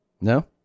No